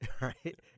right